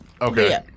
okay